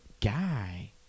guy